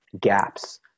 gaps